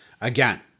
Again